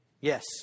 Yes